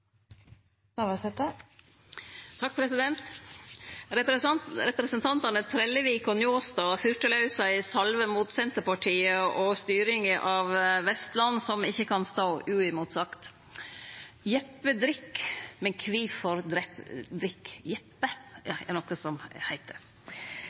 Representantane Trellevik og Njåstad fyrte laus ei salve mot Senterpartiet og styringa av Vestland, som ikkje kan stå uimotsagt. Jeppe drikk, men kvifor drikk Jeppe,